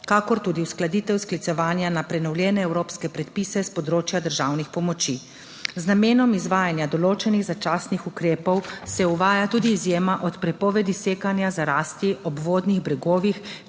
kakor tudi uskladitev sklicevanja na prenovljene evropske predpise s področja državnih pomoči. 13. TRAK (VI) 15.00 (nadaljevanje) Z namenom izvajanja določenih začasnih ukrepov se uvaja tudi izjema od prepovedi sekanja za rasti ob vodnih bregovih,